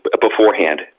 beforehand